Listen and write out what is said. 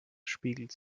spiegelt